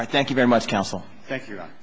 i thank you very much counsel thank you